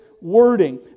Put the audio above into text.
wording